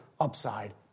upside